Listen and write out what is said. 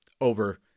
over